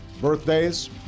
birthdays